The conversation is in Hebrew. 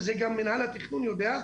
וזה גם מינהל התכנון יודע,